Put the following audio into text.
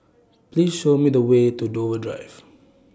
Please Show Me The Way to Dover Drive